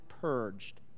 purged